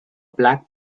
black